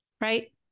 right